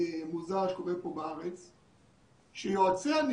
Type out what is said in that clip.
אני חושב שמי שאחראי לייצר את המודעות צריך לשים